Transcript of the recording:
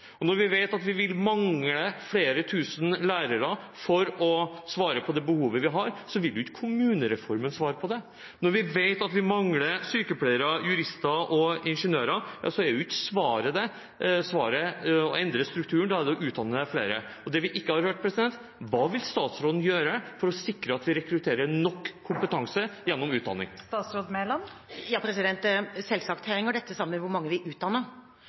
Når vi vet at vi vil mangle flere tusen lærere for å svare på det behovet vi har, vil ikke kommunereformen svare på det. Når vi vet at vi mangler sykepleiere, jurister og ingeniører, ja så er ikke svaret å endre strukturen – det er å utdanne flere. Det vi ikke har hørt, er: Hva vil statsråden gjøre for å sikre at vi rekrutterer nok kompetanse gjennom utdanning? Selvsagt henger dette sammen med hvor mange vi utdanner,